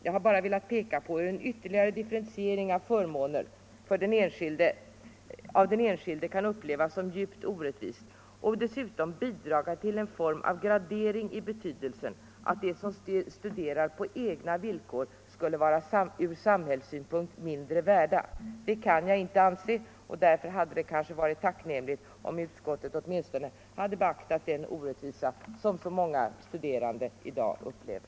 Jag har bara velat peka på hur en ytterligare differentiering av förmåner av den enskilde kan upplevas som djupt orättvis och dessutom bidra till en form av gradering i betydelsen att de som studerar på egna villkor skulle vara ur samhällssynpunkt mindre värda. Det kan jag inte anse, och därför hade det varit tacknämligt om utskottet åtminstone hade beaktat den orättvisa som så många studerande i dag upplever.